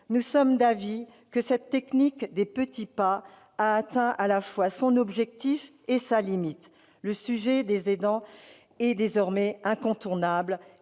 Nous sommes d'avis que cette technique des petits pas a atteint à la fois son objectif et sa limite : le sujet des aidants est désormais incontournable